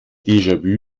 déjà